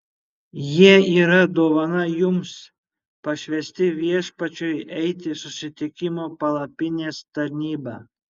jie yra dovana jums pašvęsti viešpačiui eiti susitikimo palapinės tarnybą